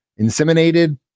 inseminated